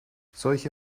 solche